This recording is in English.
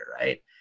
right